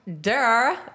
Duh